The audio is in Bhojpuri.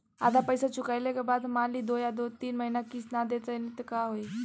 आधा पईसा चुकइला के बाद मान ली दो या तीन महिना किश्त ना दे पैनी त का होई?